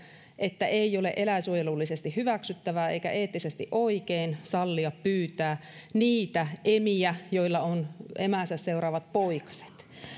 että ei ole eläinsuojelullisesti hyväksyttävää eikä eettisesti oikein sallia pyytää niitä emiä joilla on emäänsä seuraavat poikaset